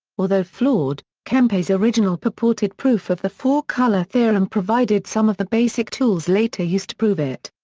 although flawed, kempe's original purported proof of the four color theorem provided some of the basic tools later used to prove it.